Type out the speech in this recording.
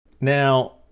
Now